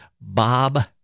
Bob